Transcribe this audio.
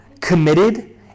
committed